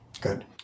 good